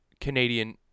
canadian